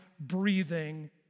breathing